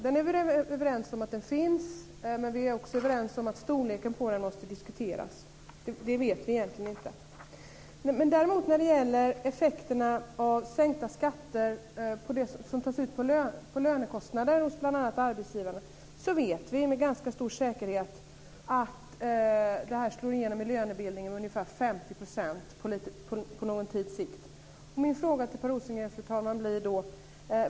Vi är överens om att den finns men att storleken måste diskuteras. När det gäller effekterna av sänkta skatter som tas ut på lönekostnader hos bl.a. arbetsgivare vet vi med ganska stor säkerhet att det kommer att slå igenom med ca 50 % i lönebildningen.